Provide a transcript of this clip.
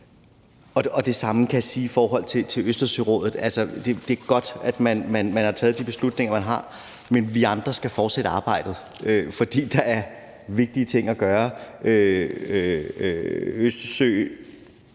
Det samme kan jeg sige i forhold til Østersørådet. Altså, det er godt, at man har taget de beslutninger, man har, men vi andre skal fortsætte arbejdet, fordi der er vigtige ting at gøre. Østersøområdet